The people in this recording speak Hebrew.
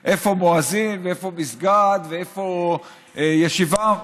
איפה מואזין ואיפה מסגד ואיפה ישיבה.